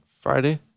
Friday